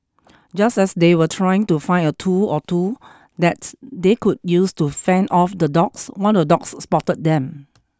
just as they were trying to find a tool or two that they could use to fend off the dogs one of the dogs spotted them